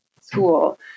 school